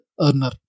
earner